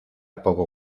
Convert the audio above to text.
poco